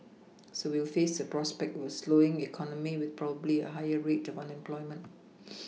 so we will face the prospect were slowing economy with probably a higher rate of unemployment